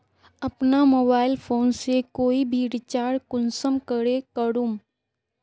अपना mobile phone से कोई भी रिचार्ज कुंसम करे करूम?